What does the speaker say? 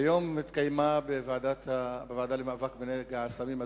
היום נתקיימה בוועדה למאבק בנגע הסמים,